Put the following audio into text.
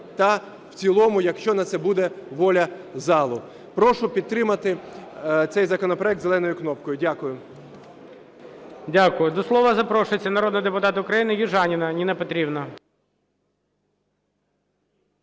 та в цілому, якщо на це буде воля залу. Прошу підтримати цей законопроект зеленою кнопкою. Дякую. ГОЛОВУЮЧИЙ. Дякую. До слова запрошується народний депутат України Южаніна Ніна Петрівна.